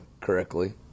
correctly